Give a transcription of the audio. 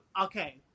okay